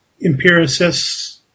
empiricists